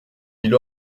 mille